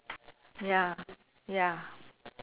ya ya